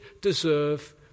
deserve